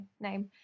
name